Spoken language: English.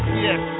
yes